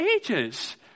ages